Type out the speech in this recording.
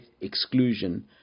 exclusion